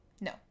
No